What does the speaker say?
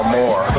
more